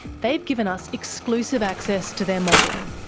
they've given us exclusive access to their modelling.